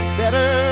better